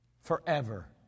forever